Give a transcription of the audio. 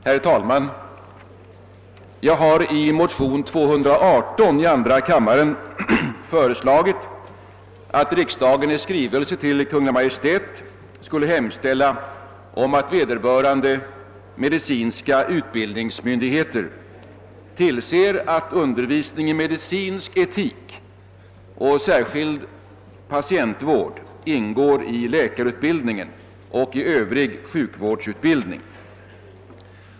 Herr talman! Jag har i motionen 11: 218 — likalydande med motionen I: 281 — föreslagit att riksdagen i skrivelse till Kungl. Maj:t skall hemställa att vederbörande medicinska utbildningsmyndigheter tillser att undervisning i medicinsk etik samt särskild patientvård ingår i läkarutbildningen och övrig sjukvårdsutbildning.